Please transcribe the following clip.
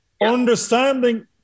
understanding